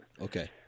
Okay